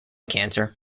cancer